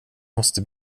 måste